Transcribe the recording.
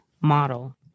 model